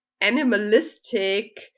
animalistic